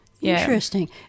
Interesting